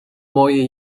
mooie